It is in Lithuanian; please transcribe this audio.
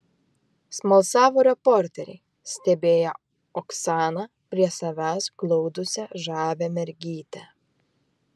smalsavo reporteriai stebėję oksaną prie savęs glaudusią žavią mergytę